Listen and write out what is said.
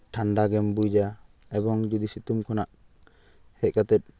ᱴᱷᱟᱱᱰᱟ ᱜᱮᱢ ᱵᱩᱡᱟ ᱮᱵᱚᱝ ᱡᱩᱫᱤ ᱥᱤᱛᱩᱝ ᱠᱷᱚᱱᱟᱜ ᱦᱮᱡ ᱠᱟᱛᱮᱫ